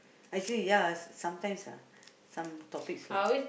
actually ya sometimes lah some topics lah